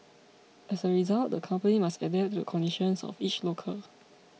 as a result the company must adapt to the conditions of each locale